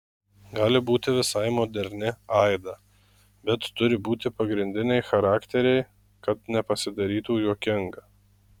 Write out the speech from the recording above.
gali būti visai moderni aida bet turi būti pagrindiniai charakteriai kad nepasidarytų juokinga